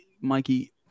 Mikey